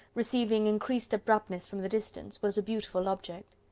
receiving increased abruptness from the distance, was a beautiful object.